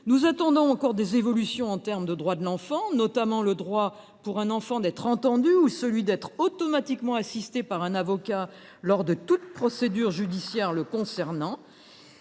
Nous attendons encore des évolutions en termes de droit de l’enfant, notamment le droit pour celui ci d’être entendu ou d’être automatiquement assisté par un avocat lors de toute procédure judiciaire le concernant.